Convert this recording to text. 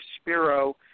Spiro